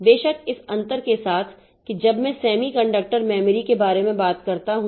बेशक इस अंतर के साथ कि जब मैं सेमीकंडक्टर मेमोरी के बारे में बात करता हूं